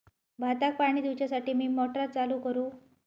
भाताक पाणी दिवच्यासाठी मी मोटर चालू करू?